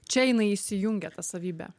čia jinai įsijungia ta savybė